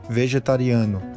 vegetariano